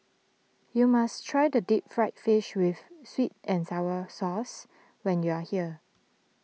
you must try the Deep Fried Fish with Sweet and Sour Sauce when you are here